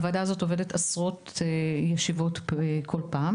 הוועדה הזאת עושה עשרות ישיבות כל פעם